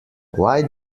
why